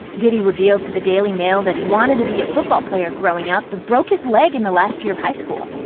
diddy revealed to the daily mail that he wanted to be a football player growing up, but broke his leg in the last year of high school.